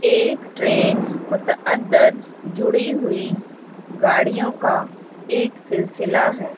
ایک ٹرین متدد جڑی ہوئی گاڑیوں کا ایک سلسلہ ہے